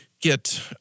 get